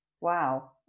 Wow